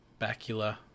Bacula